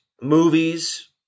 movies